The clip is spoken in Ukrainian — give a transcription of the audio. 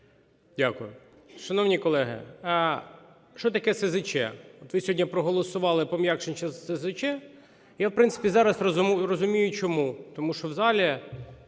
Д.О. Шановні колеги, що таке СЗЧ? От ви сьогодні проголосували пом'якшення СЗЧ, і я, в принципі, зараз розумію, чому. Тому що в залі